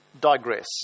digress